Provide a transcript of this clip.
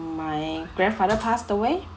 my grandfather passed away